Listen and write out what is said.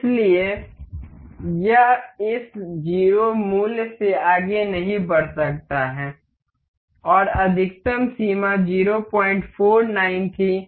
इसलिए यह इस 0 मूल्य से आगे नहीं बढ़ सकता है और अधिकतम सीमा 049 थी